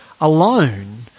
Alone